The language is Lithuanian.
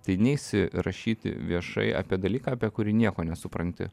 tai neisi rašyti viešai apie dalyką apie kurį nieko nesupranti